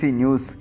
news